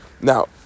Now